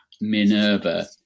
Minerva